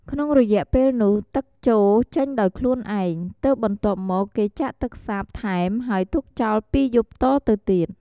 ក្នុងរយៈពេលនោះទឹកជោរចេញដោយខ្លួនឯង ទើបបន្ទាប់មកគេចាក់ទឹកសាបថែមហើយទុកចោល២យប់តទៅទៀត។